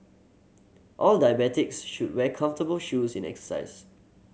all diabetics should wear comfortable shoes in exercise